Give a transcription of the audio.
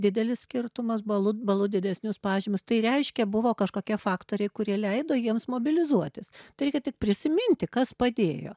didelis skirtumas balu balu didesnius pažymius tai reiškia buvo kažkokie faktoriai kurie leido jiems mobilizuotis reikia tik prisiminti kas padėjo